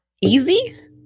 easy